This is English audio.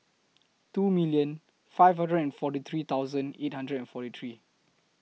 two million five hundred and forty three thousand eight hundred and forty three